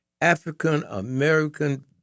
African-American